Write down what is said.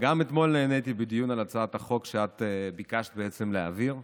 וגם אתמול נהניתי בדיון על הצעת החוק שאת ביקשת להעביר.